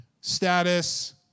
status